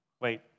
Wait